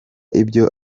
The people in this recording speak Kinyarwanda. ibyo